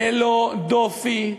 ללא דופי,